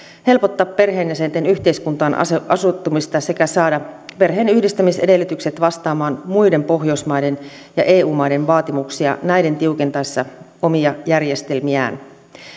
helpottaa perheenjäsenten yhteiskuntaan asettumista sekä saada perheen yhdistämisedellytykset vastaamaan muiden pohjoismaiden ja eu maiden vaatimuksia näiden tiukentaessa omia järjestelmiään